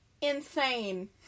Insane